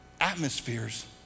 Atmospheres